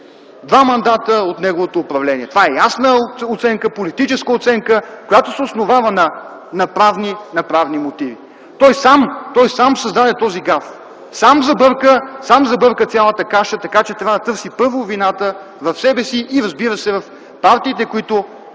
два мандата от неговото управление. Това е ясна оценка, политическа оценка, която се основава на правни мотиви. Той сам създаде този гаф. Сам забърка цялата каша, така че трябва да търси, първо, вината в себе си, и, разбира се, в партиите, които